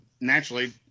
naturally